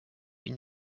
been